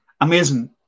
amazing